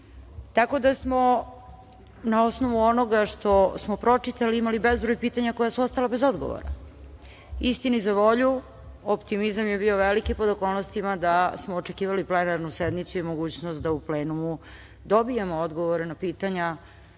tako da smo na osnovu onoga što smo pročitali imali bezbroj pitanja koja su ostala bez odgovora. Istini za volju, optimizam je bio veliki pod okolnostima da smo očekivali plenarnu sednicu i mogućnost da u plenumu dobijemo odgovore na pitanja